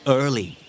early